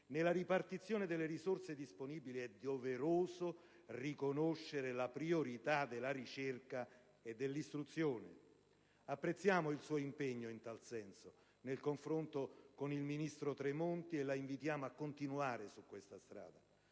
nella ripartizione delle risorse disponibili è doveroso riconoscere la priorità della ricerca e dell'istruzione. Apprezziamo il suo impegno in tal senso nel confronto con il ministro Tremonti e la invitiamo a continuare su questa strada.